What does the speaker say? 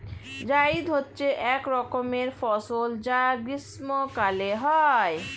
জায়িদ হচ্ছে এক রকমের ফসল যা গ্রীষ্মকালে হয়